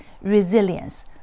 resilience